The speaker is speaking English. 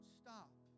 stop